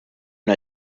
una